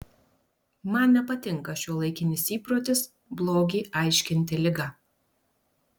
man nepatinka šiuolaikinis įprotis blogį aiškinti liga